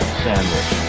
sandwich